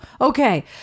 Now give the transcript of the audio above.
Okay